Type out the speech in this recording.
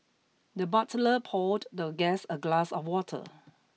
the butler poured the guest a glass of water